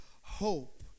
hope